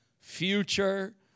future